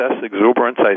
exuberance